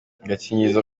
agakingirizo